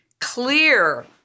clear